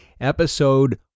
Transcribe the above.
episode